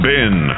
Bin